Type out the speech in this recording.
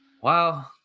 wow